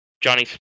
Johnny